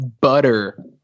butter